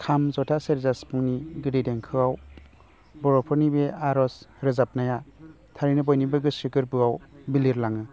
खाम जथा सेरजा सिफुंनि गोदै देंखोआव बर'फोरनि बे आरज रोजाबनाया थारैनो बयनिबो गोसो गोरबोआव बिलिरलाङो